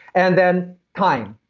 and then time.